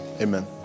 amen